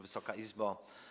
Wysoka Izbo!